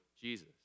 Jesus